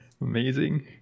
amazing